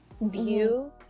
view